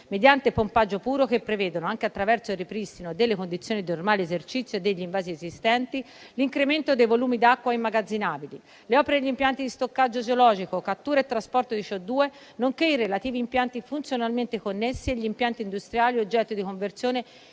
mediante pompaggio puro che prevedono, anche attraverso il ripristino delle condizioni di normale esercizio degli invasi esistenti, l'incremento dei volumi d'acqua immagazzinabili; le opere e gli impianti di stoccaggio geologico, cattura e trasporto di CO₂, nonché i relativi impianti funzionalmente connessi agli impianti industriali oggetto di conversione;